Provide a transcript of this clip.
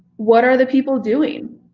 what are the people doing?